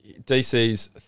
DC's